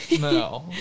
no